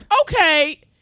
Okay